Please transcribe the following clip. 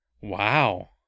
Wow